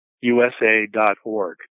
USA.org